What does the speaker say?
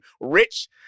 rich